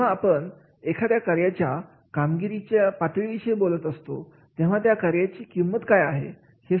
जेव्हा आपण एखाद्या कार्याच्या कामगिरीच्या पातळी विषयी बोलत असतो तेव्हा त्या कार्याची किंमत काय आहे